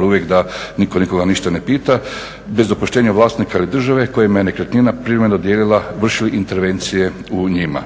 dobro da niko nikoga ništa ne pita, bez dopuštenja vlasnika ili države kojima je nekretnina privremeno dodijelila vršili intervencije u njima.